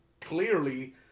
clearly